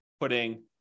putting